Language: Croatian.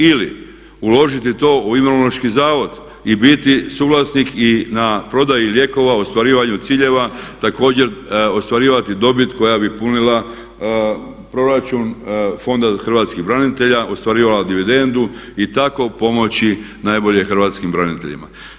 Ili uložiti to u Imunološki zavod i biti suvlasnik i na prodaji lijekova u ostvarivanju ciljeva također ostvarivati dobit koja bi punila proračun Fonda hrvatskih branitelja, ostvarivala dividendu i tako pomoći najbolje hrvatskim braniteljima.